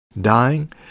dying